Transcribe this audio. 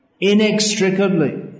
inextricably